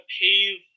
pave